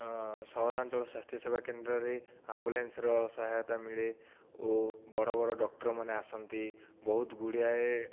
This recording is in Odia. ସହରାଞ୍ଚଳ ସ୍ୱାସ୍ଥ୍ୟ ସେବା କେନ୍ଦ୍ରରେ ଆମ୍ବୁଲାନ୍ସର ସହାୟତା ମିଳେ ଓ ବଡ଼ ବଡ଼ ଡକ୍ଟରମାନେ ଆସନ୍ତି ବହୁତ ଗୁଡ଼ିଆଏ